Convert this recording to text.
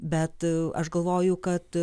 bet aš galvoju kad